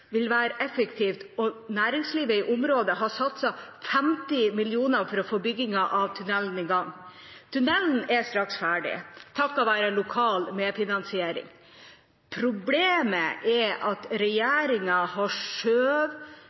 vil være effektivt. Næringslivet i området har satset 50 mill. kr for å få byggingen av tunellen i gang. Tunellen er straks ferdig, takket være lokal medfinansiering. Problemet er at regjeringen har